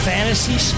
Fantasy